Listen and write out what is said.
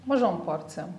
mažom porcijom